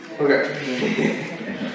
Okay